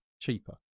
cheaper